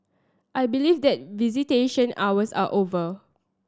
I believe that visitation hours are over